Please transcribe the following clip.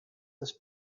that